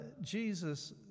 Jesus